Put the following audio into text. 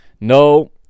No